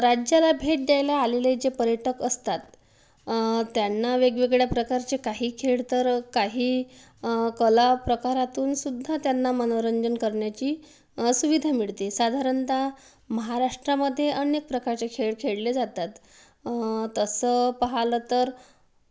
राज्याला भेट द्यायला आलेले जे पर्यटक असतात त्यांना वेगवेगळ्या प्रकारचे काही खेळ तर काही कला प्रकारातून सुद्धा त्यांना मनोरंजन करण्याची सुविधा मिळते साधारणतः महाराष्ट्रामध्ये अनेक प्रकारचे खेळ खेळले जातात तसं पाहिलं तर